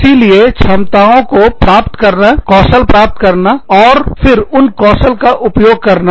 इसीलिए क्षमताओं को प्राप्त करना कौशल प्राप्त करना और फिर उन कौशल का उपयोग करना